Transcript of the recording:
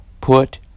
put